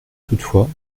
toutefois